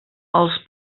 els